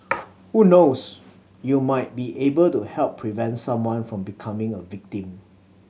who knows you might be able to help prevent someone from becoming a victim